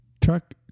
Truck